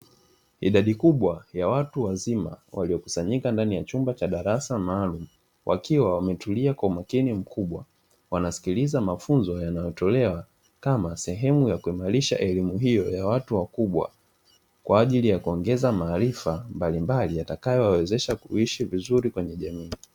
Idadi kubwa ya watu wazima waliokusanyika ndani ya chumba cha darasa maalumu, wakiwa wametulia kwa umakini mkubwa wanasikiliza mafunzo yanayotolewa kama sehemu ya kuimarisha elimu hiyo ya watu wakubwa, kwa ajili ya kuongeza maarifa mbalimbali yatakayowawezesha kuishi vizuri kwenye jamii.